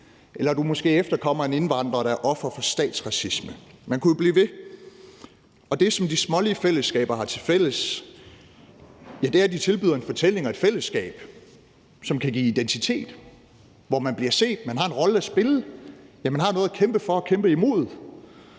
eller du er måske efterkommer af en indvandrer, der er offer for statsracisme. Man kunne blive ved. Det, som de smålige fællesskaber har tilfælles, er, at de tilbyder en fortælling og et fællesskab, som kan give identitet, hvor man bliver set, hvor man har en rolle at spille, ja, man har noget at kæmpe for og kæmpe imod,